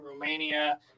Romania